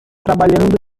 trabalhando